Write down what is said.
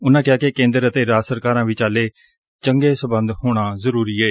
ਉਨਾਂ ਕਿਹਾ ਕਿ ਕੇ ਂਦਰ ਅਤੇ ਰਾਜ ਸਰਕਾਰਾਂ ਵਿਚਾਲੇ ਚੰਗੇ ਸਬੰਧ ਹੋਣਾ ਜ਼ਰਰੀ ਏ